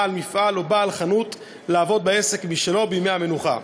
בעל מפעל או בעל חנות לעבוד בעסק שלו בימי המנוחה.